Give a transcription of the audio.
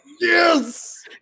yes